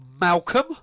Malcolm